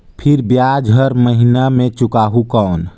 फिर ब्याज हर महीना मे चुकाहू कौन?